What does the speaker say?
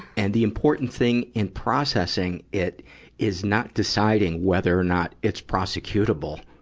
and the important thing in processing it is not deciding whether or not it's prosecutable.